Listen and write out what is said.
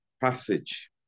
passage